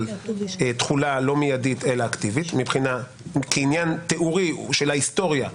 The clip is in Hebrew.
תחולה לא מידית אלא אקטיבית כעניין תיאורי של ההיסטוריה?